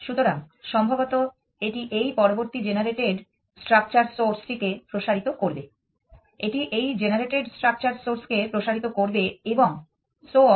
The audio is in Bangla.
সুতরাং সম্ভবত এটি এই পরবর্তী জেনারেটেড স্ট্রাকচার সোর্স টিকে প্রসারিত করবে এটি এই জেনারেটেড স্ট্রাকচার সোর্সকে প্রসারিত করবে অ্যান্ড সো অন